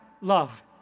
love